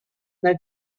they